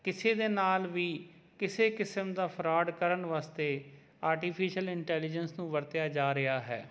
ਕਿਸੇ ਦੇ ਨਾਲ ਵੀ ਕਿਸੇ ਕਿਸਮ ਦਾ ਫਰਾਡ ਕਰਨ ਵਾਸਤੇ ਆਰਟੀਫਿਸ਼ਅਲ ਇੰਟੈਲੀਜੈਂਸ ਨੂੰ ਵਰਤਿਆ ਜਾ ਰਿਹਾ ਹੈ